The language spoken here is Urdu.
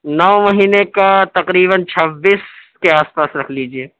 نو مہینے کا تقریباً چھبّیس کے آس پاس رکھ لیجیے